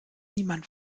niemand